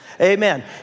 Amen